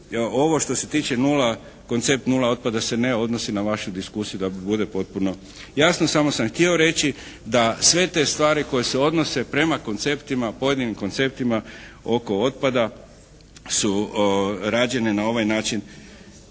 ovo što se tiče koncept nula otpada se ne odnosi na vašu diskusiju da bude potpuno jasno. Samo sam htio reći da sve te stvari koje se odnose prema konceptima, pojedinim konceptima oko otpada su rađene na ovaj način